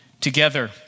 together